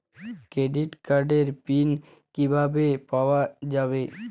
Credit কার্ডের pin কিভাবে পাওয়া যাবে?